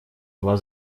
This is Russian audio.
два